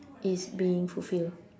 is being fulfilled